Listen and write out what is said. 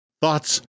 thoughts